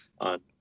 on